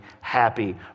happy